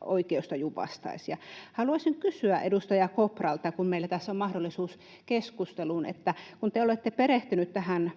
oikeustajun vastaisia. Haluaisin kysyä edustaja Kopralta, kun meillä tässä on mahdollisuus keskusteluun, että kun te olette perehtynyt tähän